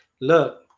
Look